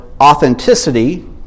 Authenticity